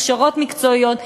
הכשרות מקצועיות,